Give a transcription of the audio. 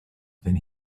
than